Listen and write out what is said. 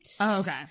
okay